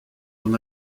son